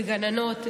לגננות,